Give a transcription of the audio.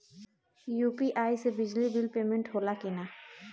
UPI से बिजली bill payment होला कि न?